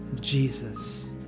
Jesus